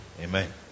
Amen